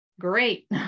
Great